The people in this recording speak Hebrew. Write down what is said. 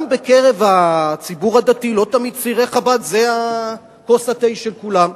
גם בקרב הציבור הדתי לא תמיד צעירי חב"ד הם כוס התה של כולם.